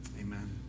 Amen